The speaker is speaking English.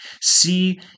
See